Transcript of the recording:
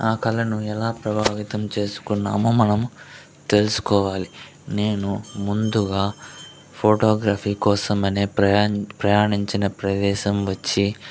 ఆ కళను ఎలా ప్రభావితం చేసుకున్నామో మనం తెలుసుకోవాలి నేను ముందుగా ఫోటోగ్రఫీ కోసం అనే ప్రయాణ ప్రయాణించిన ప్రదేశం వచ్చి